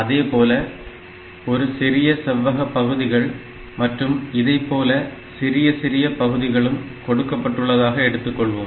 அதேபோல் ஒரு சிறிய செவ்வக பகுதிகள் மற்றும் இதைப்போல் சிறிய சிறிய பகுதிகளும் கொடுக்கப்பட்டுள்ளதாக எடுத்துக்கொள்வோம்